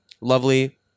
lovely